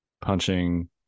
punching